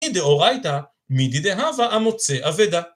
דאורייתא מידי דהווה המוצא אבדה.